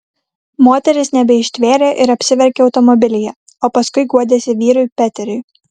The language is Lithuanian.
moteris nebeištvėrė ir apsiverkė automobilyje o paskui guodėsi vyrui peteriui